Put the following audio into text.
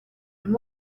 and